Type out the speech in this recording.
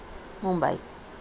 Mumbai